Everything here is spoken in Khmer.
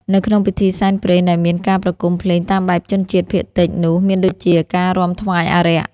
នៅក្នុងពិធីសែនព្រេនដែលមានការប្រគំភ្លេងតាមបែបជនជាតិភាគតិចនោះមានដូចជា ការរាំថ្វាយអារក្ស។